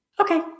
Okay